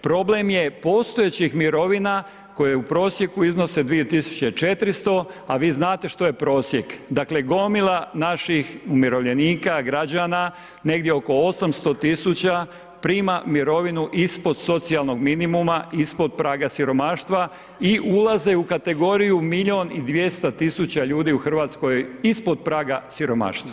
Problem je postojećih mirovina koje u prosjeku iznose 2.400, a vi znate što je prosjek, dakle gomila naših umirovljenika, građana negdje oko 800.000 prima mirovinu ispod socijalnog minimuma, ispod praga siromaštva i ulaze u kategoriju 1.200.000 ljudi u Hrvatskoj ispod praga siromaštva.